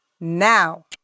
now